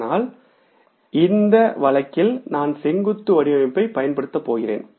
ஆனால் இந்த விஷயத்தில் நான் செங்குத்து வடிவமைப்பைப் பய்ன்படுத்தப்போகிறேன்